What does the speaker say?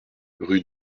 rue